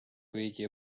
kõigi